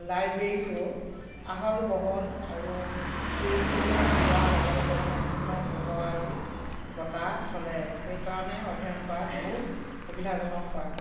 লাইব্ৰেৰীটো আহল বহল আৰু খিৰিকীবিলাক খোলাৰ লগে লগে সম্পূৰ্ণ পোহৰ আৰু বতাহ চলে সেইকাৰণে অধ্যয়ন কৰাত খুব সুবিধাজনক হয়